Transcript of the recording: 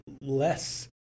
less